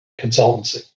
consultancy